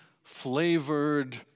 flavored